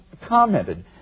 commented